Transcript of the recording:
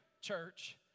church